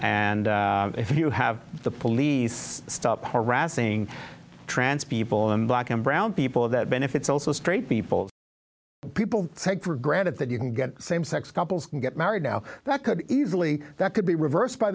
and if you have the police stop harassing trans people and black and brown people that benefits also straight people people take for granted that you can get same sex couples get married now that could easily that could be reversed by